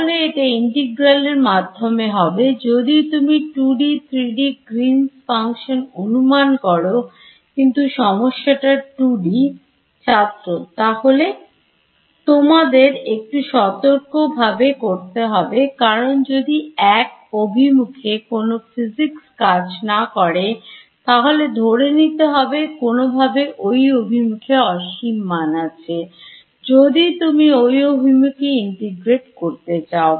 তাহলে এটা Integral এর মাধ্যমে হবে যদি তুমি 2D3D Green's Function অনুমান করো কিন্তু সমস্যাটা 2D ছাত্র তাহলে তোমাদের একটু সতর্ক ভাবে করতে হবে কারণ যদি এক অভিমুখে কোন Physics কাজ না করে তাহলে ধরে নিতে হবে কোনভাবে ওই অভিমুখে অসীম মান আছে যদি তুমি ওই মুখে Integrate করতে চাও